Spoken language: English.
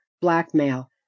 blackmail